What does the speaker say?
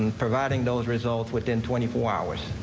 and providing those results within twenty four hours.